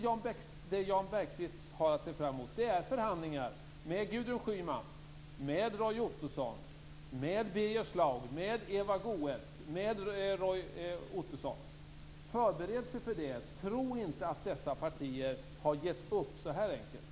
Det Jan Bergqvist har att se fram emot är förhandlingar med Gudrun Schyman, med Roy Ottosson, med Birger Schlaug och med Eva Goës. Förbered er för det! Tro inte att dessa partier har gett upp så här enkelt!